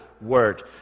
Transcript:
word